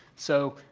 so,